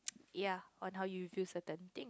ya on how you feel certain thing